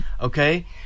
okay